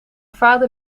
vader